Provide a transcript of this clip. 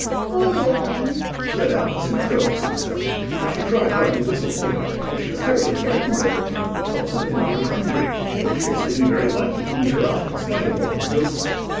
poor little thing said alice, in a coaxing tone, and she tried hard to whistle to it but she was terribly frightened all the time at the thought that it might be hungry, in which case it would be very likely to eat her up in spite of all her coaxing.